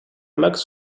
max